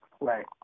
Right